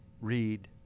read